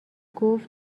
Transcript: گفت